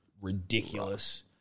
ridiculous